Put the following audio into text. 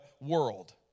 world